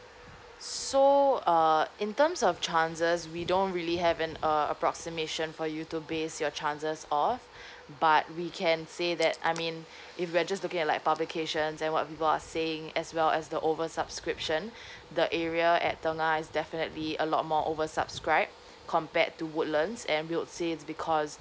so uh in terms of chances we don't really have an uh approximation for you to base your chances off but we can say that I mean if you are just looking at like publications and what people are saying as well as the over subscription the area at tengah is definitely a lot more over subscribe compared to woodlands and it's because